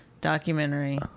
Documentary